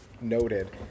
noted